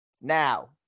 Now